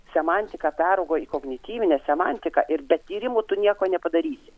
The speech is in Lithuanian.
semantika peraugo į kognityvinę semantiką ir be tyrimų tu nieko nepadarysi